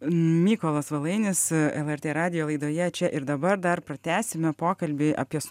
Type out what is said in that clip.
mykolas valainis lrt radijo laidoje čia ir dabar dar pratęsime pokalbį apie